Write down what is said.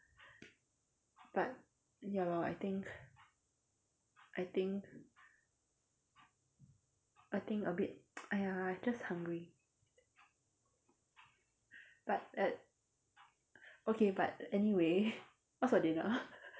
but ya lor I think I think I think a bit !aiya! I just hungry but at okay but anyway what's for dinner